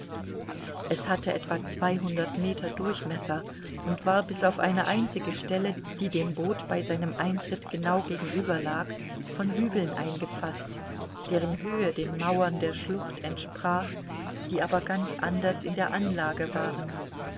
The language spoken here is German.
es hatte etwa zweihundert meter durchmesser und war bis auf eine einzige stelle die dem boot bei seinem eintritt genau gegenüber lag von hügeln eingefaßt deren höhe den mauern der schlucht entsprach die aber ganz anders in der anlage waren